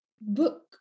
book